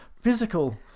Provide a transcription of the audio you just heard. physical